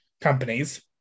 companies